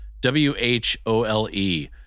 W-H-O-L-E